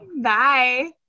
Bye